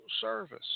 service